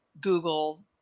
Google